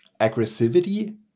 aggressivity